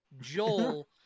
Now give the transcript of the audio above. Joel